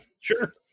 sure